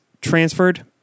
transferred